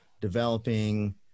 developing